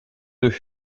deux